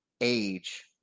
age